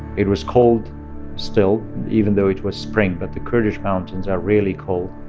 it was cold still, even though it was spring, but the kurdish mountains are really cold.